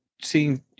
seeing